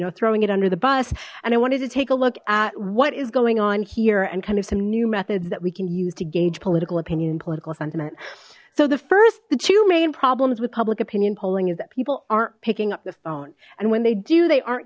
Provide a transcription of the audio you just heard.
know throwing it under the bus and i wanted to take a look at what is going on here and kind of some new methods that we can use to gauge political opinion and political sentiment so the first the two main problems with public opinion polling is that people aren't picking up the phone and when they do they aren't